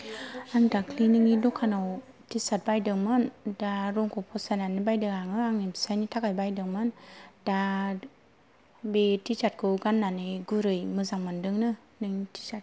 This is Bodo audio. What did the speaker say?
आं दाखालै नोंनि दखानाव टि सार्ट बायदोंमोन दा रंखौ फसायनानै बायदों आङो आंनि फिसाइनि थाखाय बायदोंमोन दा बे टि सार्ट खौ गाननानै गुरै मोजां मोनदोंनो नोंनि टि सार्ट खौ